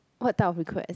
what type of request